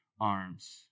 arms